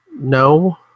No